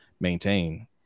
maintain